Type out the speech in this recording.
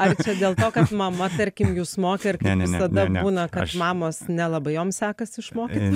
ar čia dėl to kad mama tarkim jūs mokė ir kaip visada būna kad mamos nelabai jom sekas išmokyti